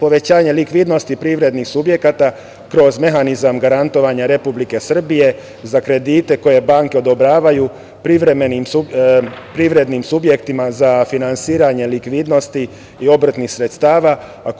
Povećanje likvidnosti privrednih subjekata kroz mehanizam garantovanja Republike Srbije za kredite koje banke odobravaju privrednim subjektima za finansiranje likvidnosti i obrtnih sredstava, a